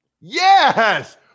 Yes